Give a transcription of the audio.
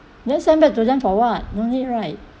then send back to them for what no need right